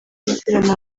kutizerana